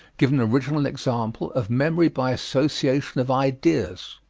give an original example of memory by association of ideas.